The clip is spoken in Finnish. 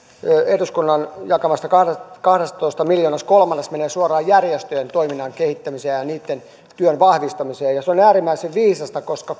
eduskunnan jakamasta kahdestatoista miljoonasta kolmannes menee suoraan järjestöjen toiminnan kehittämiseen ja ja niitten työn vahvistamiseen se on äärimmäisen viisasta koska